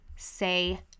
Say